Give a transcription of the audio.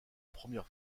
première